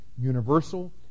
universal